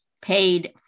paid